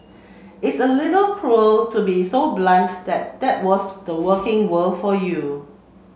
it's a little cruel to be so blunt that that was the working world for you